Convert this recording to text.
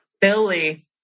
Billy